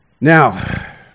Now